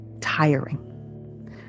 tiring